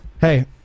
Hey